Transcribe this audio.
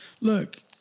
Look